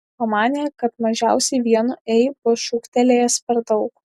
pamanė kad mažiausiai vienu ei bus šūktelėjęs per daug